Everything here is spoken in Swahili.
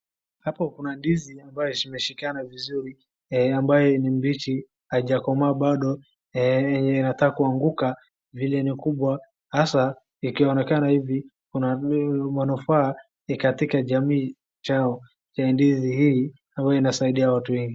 Hapo kuna ndizi ambayo zimeshikana vizuri ambayo ni mbichi, haijakomaa bado, yenye inataka kuanguka, vile ni kubwa hasa ikionekana ivi kuna manufaa ni katika jamii chao cha ndizi hii na huwa inasaidia watu wengi.